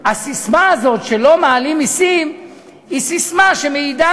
הססמה הזו שלא מעלים מסים היא ססמה שמעידה